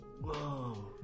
Whoa